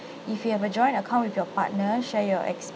if you have a joint account with your partner share your